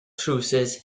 trowsus